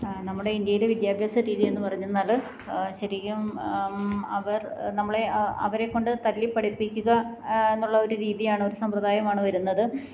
നമ്മുടെ ഇന്ത്യയിലെ വിദ്യാഭ്യാസരീതി എന്നു പറഞ്ഞെന്നാല് ശരിക്കും അവർ നമ്മളെ അവരെക്കൊണ്ട് തല്ലിപ്പഠിപ്പിക്കുക എന്നുള്ളൊരു രീതിയാണ് ഒരു സമ്പ്രദായമാണ് വരുന്നത്